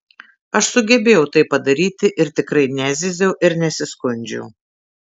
aš sugebėjau tai padaryti ir tikrai nezyziau ir nesiskundžiau